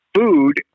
food